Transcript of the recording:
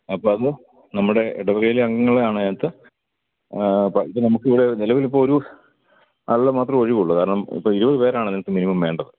അപ്പോള് അതും നമ്മുടെ ഇടവകയിലെ അംഗങ്ങളാണകത്ത് ഇത് നമുക്കിവിടെ നിലവിലിപ്പൊരു ആളുടെ മാത്രമേ ഒഴിവുള്ളു കാരണം ഇപ്പോള് ഇരുപതു പേരാണ് ഞങ്ങൾക്ക് മിനിമം വേണ്ടത്